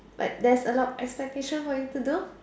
like there is a lot expectation for you to do